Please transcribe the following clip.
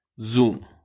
Zoom